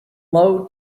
low